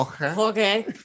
Okay